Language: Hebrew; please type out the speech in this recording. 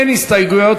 אין הסתייגויות,